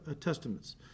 testaments